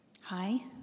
Hi